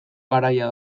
garaia